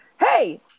hey